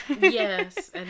Yes